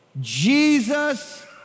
Jesus